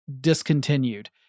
discontinued